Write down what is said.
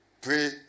Pray